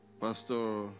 Pastor